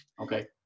Okay